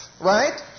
Right